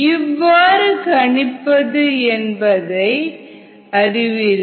எவ்வாறு கணிப்பது என்பதை அறிவீர்கள்